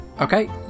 Okay